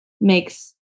makes